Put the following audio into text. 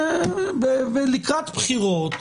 ולקראת בחירות,